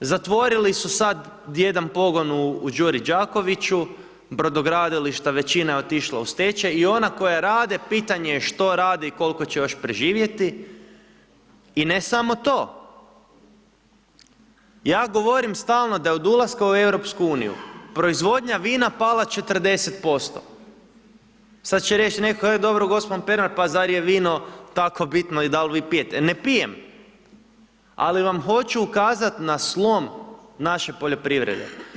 Zatvorili su sad jedan pogon u Đuri Đakoviću, brodogradilišta većina je otišla u stečaj i ona koja rade pitanje je što rade i kolko će još preživjeti i ne samo to, ja govorim stalno da je od ulaska u EU proizvodnja vina pala 40%, sad će reć netko e dobro gospon Pernar pa zar je vino tako bitno i dal vi pijete, ne pijem ali vam hoću ukazati na slom naše poljoprivrede.